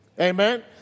Amen